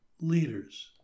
leaders